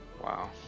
Wow